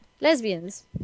Lesbians